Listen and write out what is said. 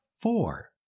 four